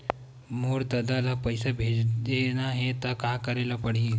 मोर ददा ल पईसा भेजना हे त का करे ल पड़हि?